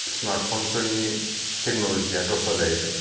smart फ'नफोरनि टेकन'लजिया दस्रा जाहैबाय